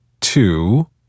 two